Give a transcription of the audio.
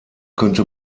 könnte